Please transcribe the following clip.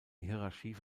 hierarchie